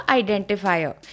identifier